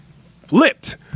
Flipped